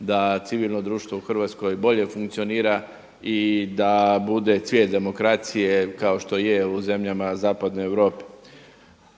da civilno društvo u Hrvatskoj bolje funkcionira i da bude cvijet demokracije kao što je u zemljama Zapadne Europe.